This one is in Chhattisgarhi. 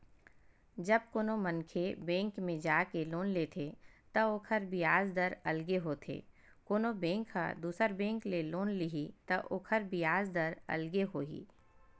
जब कोनो मनखे बेंक म जाके लोन लेथे त ओखर बियाज दर अलगे होथे कोनो बेंक ह दुसर बेंक ले लोन लिही त ओखर बियाज दर अलगे होही